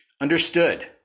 Understood